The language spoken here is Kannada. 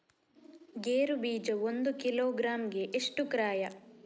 ಗೇರು ಬೀಜ ಒಂದು ಕಿಲೋಗ್ರಾಂ ಗೆ ಎಷ್ಟು ಕ್ರಯ?